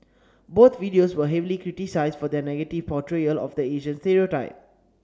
both videos were heavily criticised for their negative portrayal of the Asian stereotype